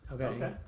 Okay